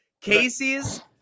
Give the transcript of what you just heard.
Casey's